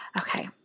Okay